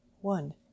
One